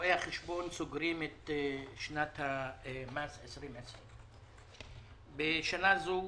רואי החשבון סוגרים את שנת המס 2020. בשנה זו